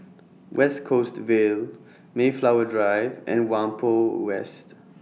West Coast Vale Mayflower Drive and Whampoa West